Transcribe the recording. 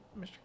Mr